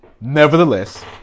Nevertheless